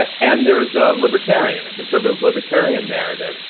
and there is a libertarian a conservative libertarian narrative,